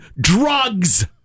drugs